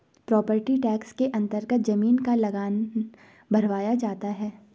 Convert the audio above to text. property tax के अन्तर्गत जमीन का लगान भरवाया जाता है